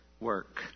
work